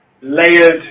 layered